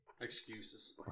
Excuses